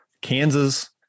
Kansas